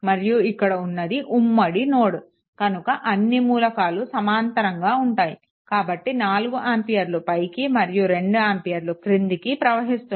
మరియు ఇక్కడ ఉన్నది ఉమ్మడి నోడ్ కనుక అన్నీ మూలకాలు సమాంతరంగా ఉంటాయి కాబట్టి 4 ఆంపియర్లు పైకి మరియు 2 ఆంపియర్లు క్రిందికి ప్రవహిస్తున్నాయి